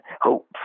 hope